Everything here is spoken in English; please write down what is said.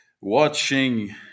watching